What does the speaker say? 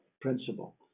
principle